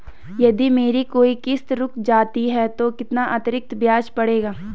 यदि मेरी कोई किश्त रुक जाती है तो कितना अतरिक्त ब्याज पड़ेगा?